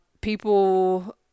people